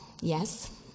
yes